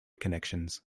connections